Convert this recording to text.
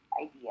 idea